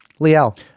Liel